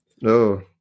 no